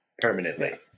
permanently